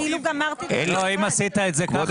אם עשית את זה כך,